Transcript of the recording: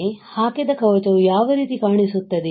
ನಾನು ಹಾಕಿದ ಕವಚವು ಯಾವ ರೀತಿ ಕಾಣಿಸುತ್ತದೆ